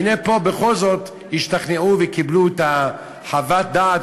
והנה פה בכל זאת השתכנעו וקיבלו את חוות הדעת,